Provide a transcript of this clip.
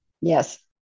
yes